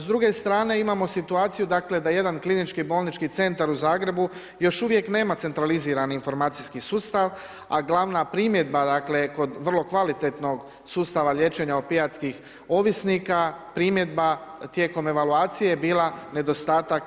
S druge strane imamo situaciju dakle da jedan Klinički bolnički centar u Zagrebu još uvijek nema centralizirani informacijski sustav, a glavna primjedba dakle kod vrlo kvalitetnog sustava liječenja opijatskih ovisnika, primjedba tijekom evaluacija je bila nedostatak